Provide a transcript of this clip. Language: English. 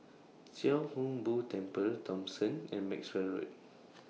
Chia Hung Boo Temple Thomson and Maxwell Road